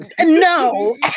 no